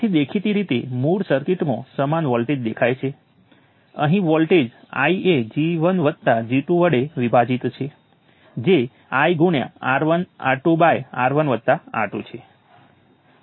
હવે મારે KCL સમીકરણો લખતી વખતે એક નોડ છોડી દેવો પડશે અને આ ઉદાહરણમાં હું આને છોડી દેવાનું પસંદ કરીશ અને આ ત્રણ નોડો ઉપર KCL સમીકરણો લખીશ જેને હું 1 2 અને 3 લેબલ કરવા જઈ રહ્યો છું